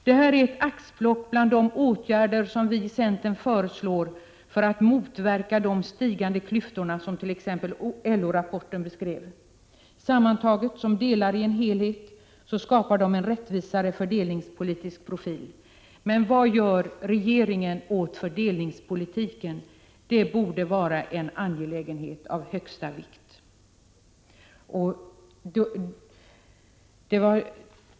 Det här är ett axplock bland de åtgärder som vi i centern föreslår för att motverka de växande klyftor som exempelvis LO-rapporten beskriver. Sammantaget, som delar i en helhet, skapar de en rättvisare fördelningspolitisk profil. Men vad gör regeringen åt fördelningspolitiken? Det borde vara en angelägenhet av högsta vikt.